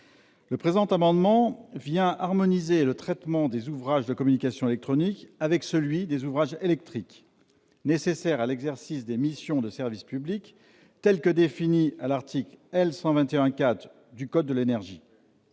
Le présent amendement a pour objet d'harmoniser le traitement des ouvrages de communications électroniques avec celui des ouvrages électriques, nécessaires à l'exercice des missions de service public telles que définies à l'article L. 121-4 du code de l'énergie.